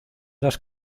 las